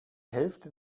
hälfte